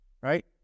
Right